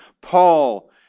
Paul